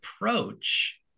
approach